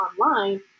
online